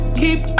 keep